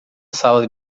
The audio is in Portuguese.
sala